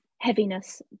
heaviness